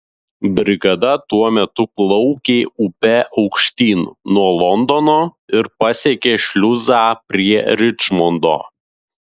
brigada tuo metu plaukė upe aukštyn nuo londono ir pasiekė šliuzą prie ričmondo